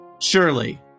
Surely